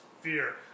fear